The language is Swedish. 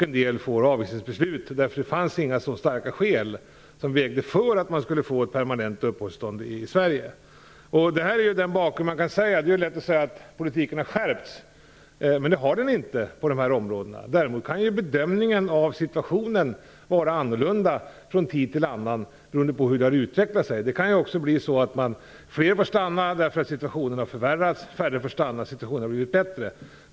En del får avvisningsbeslut, därför att det inte funnits så starka skäl att det väger för ett permanent uppehållstillstånd i Sverige. Det här är bakgrunden. Det är lätt att säga att politiken har skärpts, men det har den inte på de här områdena. Däremot kan bedömningen av situationen vara annorlunda från tid till annan beroende på utvecklingen. Det kan ju också bli så att fler får stanna därför att situationen har förvärrats eller att färre får stanna därför att situationen har blivit bättre.